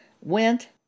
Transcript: went